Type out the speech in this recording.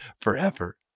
forever